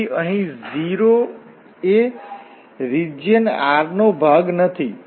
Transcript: તેથી અહીં 0 એ રીજીયન R નો ભાગ નથી